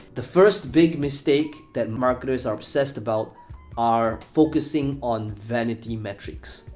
the first big mistake that marketers are obsessed about are focusing on vanity metrics.